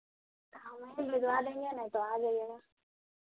भिजवा देंगे नही तो आ जाइएगा